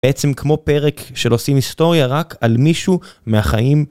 בעצם כמו פרק של עושים היסטוריה רק על מישהו מהחיים.